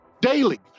daily